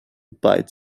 bite